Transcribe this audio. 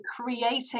creating